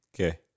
Okay